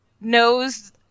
knows